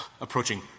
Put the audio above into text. Approaching